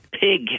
pig